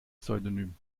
pseudonym